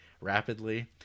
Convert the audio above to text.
rapidly